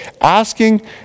asking